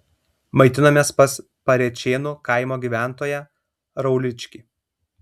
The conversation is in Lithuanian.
maitinomės pas parėčėnų kaimo gyventoją rauličkį